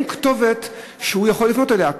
אין כתובת שאפשר לפנות אליה,